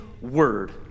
word